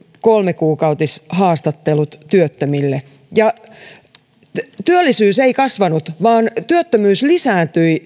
kolmekuukautishaastattelut työttömille työllisyys ei kasvanut vaan työttömyys lisääntyi